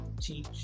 teach